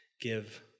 give